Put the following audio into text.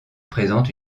présente